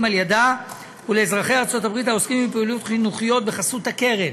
על ידה ולאזרחי ארצות הברית העוסקים בפעולות חינוכיות בחסות הקרן.